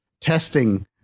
testing